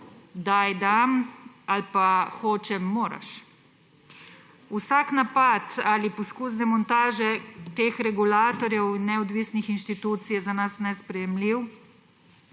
načelu, daj-dam ali pa hočem-moraš. Vsak napad ali poskus demontaže teh regulatorjev in neodvisnih inštitucij je za nas nesprejemljiv,